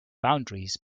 boundaries